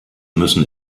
müssen